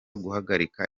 guhagarika